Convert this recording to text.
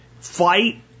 Fight